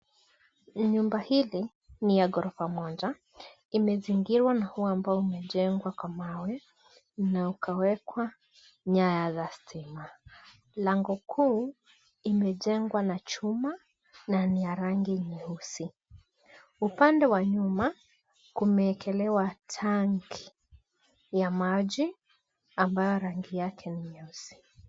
Nyumba hili ni ya ghorofa moja, imezingirwa na ua ambao umejengwa na mawe, na ukawekwa nyaya za stima. Lango kuu imejengwa na chuma na ni ya rangi nyeusi. Upande wa nyuma kumeekelewa tanki ya maji, ambayo rangi yake ni nyeusi.